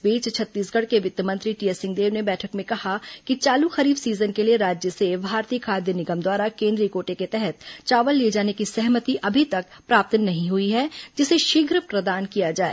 इस बीच छत्तीसगढ़ के वित्त मंत्री टीएस सिंहदेव ने बैठक में कहा कि चालू खरीफ सीजन के लिए राज्य से भारतीय खाद्य निगम द्वारा केंद्रीय कोटे के तहत चावल लिए जाने की सहमति अभी तक प्राप्त नहीं हुई है जिसे शीघ्र प्रदान किया जाए